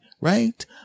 right